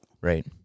Right